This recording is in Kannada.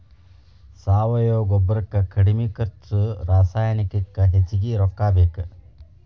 ಸಾವಯುವ ಗೊಬ್ಬರಕ್ಕ ಕಡಮಿ ಖರ್ಚು ರಸಾಯನಿಕಕ್ಕ ಹೆಚಗಿ ರೊಕ್ಕಾ ಬೇಕ